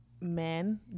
men